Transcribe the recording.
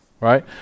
right